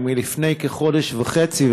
היא מלפני כחודש וחצי,